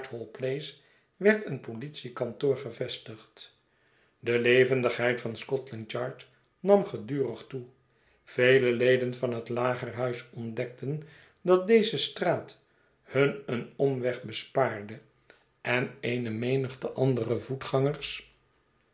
in whitehall place werd een politiekantoor gevestigd de levendigheid van scotland yard nam gedurig toe vele leden van het lagerhuis ontdekten dat deze straat hun een omweg bespaarde en eene menigte andere voetgangers